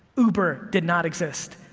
uber did not exist,